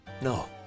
No